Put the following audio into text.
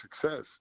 success